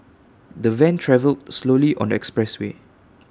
the van travelled slowly on the expressway